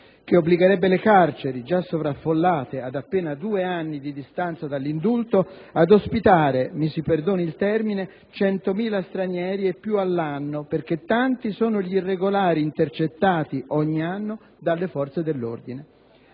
che obbligherebbe le carceri - già sovraffollate ad appena due anni di distanza dall'indulto - ad ospitare (mi si perdoni il termine) 100.000 stranieri e più all'anno, perché tanti sono gli irregolari intercettati, ogni anno, dalle forze dell'ordine.